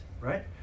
right